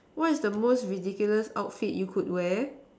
what's the most ridiculous outfit you could wear